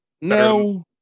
No